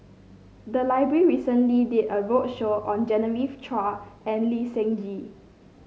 the library recently did a roadshow on Genevieve Chua and Lee Seng Gee